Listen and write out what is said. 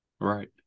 right